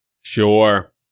Sure